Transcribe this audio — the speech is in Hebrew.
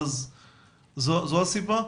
זו הסיבה?